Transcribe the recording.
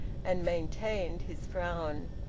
and maintained his frown.